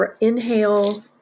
inhale